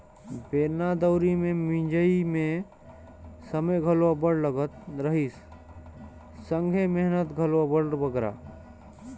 बेलना दउंरी मे मिंजई मे समे घलो अब्बड़ लगत रहिस संघे मेहनत घलो अब्बड़ बगरा